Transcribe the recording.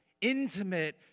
intimate